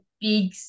big